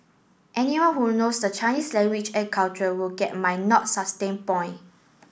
anyone who knows the Chinese language and culture would get my not sustain point